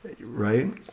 right